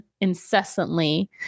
incessantly